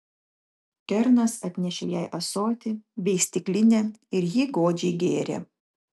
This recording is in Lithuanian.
kernas atnešė jai ąsotį bei stiklinę ir ji godžiai gėrė